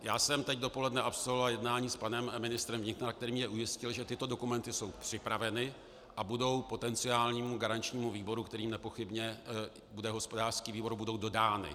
Já jsem teď dopoledně absolvoval jednání s panem ministrem vnitra, který mě ujistil, že tyto dokumenty jsou připraveny a budou potenciálnímu garančnímu výboru, kterým nepochybně bude hospodářský výbor, dodány.